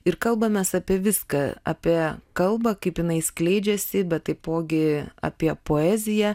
ir kalbamės apie viską apie kalbą kaip jinai skleidžiasi bet taipogi apie poeziją